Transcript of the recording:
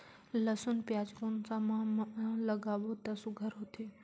लसुन पियाज कोन सा माह म लागाबो त सुघ्घर होथे?